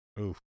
Oof